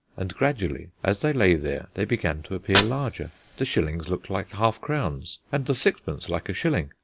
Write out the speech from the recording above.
and gradually as they lay there they began to appear larger. the shillings looked like half-crowns and the sixpence like a shilling.